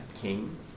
King